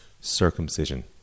circumcision